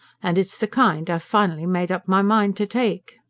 and it's the kind i've finally made up my mind to take.